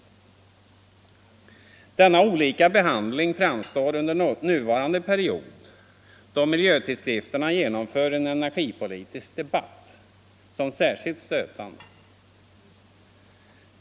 Denna olika behandling framstår under nuvarande period, då miljötidskrifterna genomför en energipolitisk debatt, som särskilt stötande.